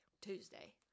Tuesday